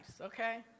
okay